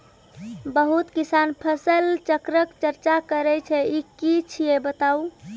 बहुत किसान फसल चक्रक चर्चा करै छै ई की छियै बताऊ?